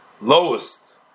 lowest